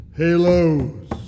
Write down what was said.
halos